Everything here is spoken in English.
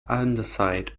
underside